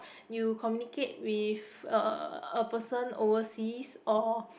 you communicate with uh a person overseas or